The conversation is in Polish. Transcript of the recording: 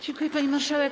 Dziękuję, pani marszałek.